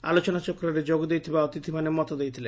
ଆଲେଚନାଚକ୍ରରେ ଯୋଗଦେଇଥିବା ଅତିଥିମାନେ ମତ ଦେଇଥିଲେ